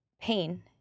pain